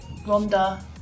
Rhonda